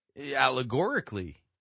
allegorically